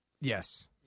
Yes